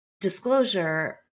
disclosure